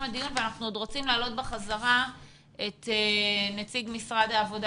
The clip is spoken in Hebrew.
הדיון ואנחנו עוד רוצים להעלות בחזרה את נציג משרד העבודה